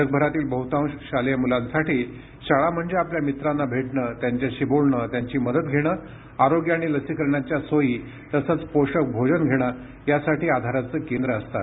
जगभरातील बहुतांश शालेय मुलांसाठी शाळा म्हणजे आपल्या मित्रांना भेटणं त्यांच्याशी बोलणं त्यांची मदत घेणं आरोग्य आणि लसीकरणाच्या सोयी तसंच पोषक भोजन घेणं यासाठी आधाराचं केंद्र असतात